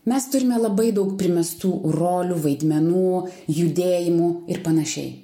mes turime labai daug primestų rolių vaidmenų judėjimų ir panašiai